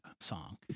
song